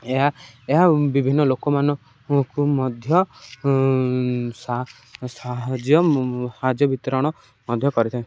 ଏହା ଏହା ବିଭିନ୍ନ ଲୋକମାନଙ୍କୁ ମଧ୍ୟ ସା ସାହାଯ୍ୟ ସାହାଯ୍ୟ ବିତରଣ ମଧ୍ୟ କରିଥାଏ